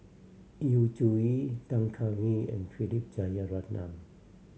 Yu Zhuye Tan Kah Kee and Philip Jeyaretnam